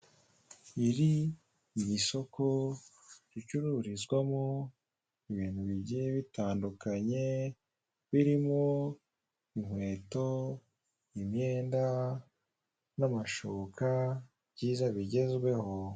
Iri ni isoko ricururizwamo ibintu bigiye bitandukanye birimo inkweto, imyenda n'amashuka byiza bigezweho.